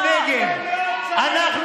אסור.